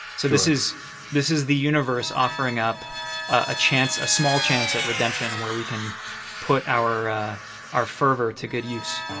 so this is this is the universe offering up a chance, a small chance at redemption, and where we can put our our fervor to good use